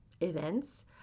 events